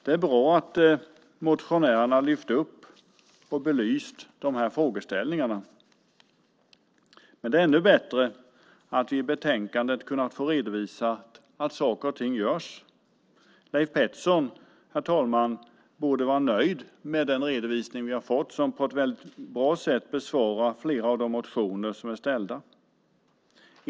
Det är bra att motionärerna har lyft upp och belyst de här frågeställningarna, men det är ännu bättre att vi i betänkandet har fått redovisat att saker och ting görs. Leif Pettersson borde vara nöjd med den redovisning vi har fått som på ett bra sätt besvarar flera av de motioner som är ställda.